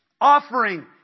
Offering